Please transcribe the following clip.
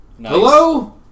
hello